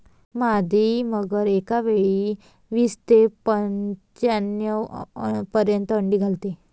मादी मगर एकावेळी वीस ते पंच्याण्णव पर्यंत अंडी घालते